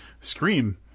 scream